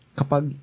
kapag